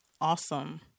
Awesome